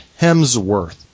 Hemsworth